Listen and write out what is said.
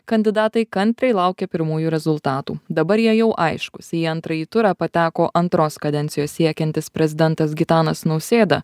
kandidatai kantriai laukė pirmųjų rezultatų dabar jie jau aiškūs į antrąjį turą pateko antros kadencijos siekiantis prezidentas gitanas nausėda